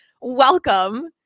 Welcome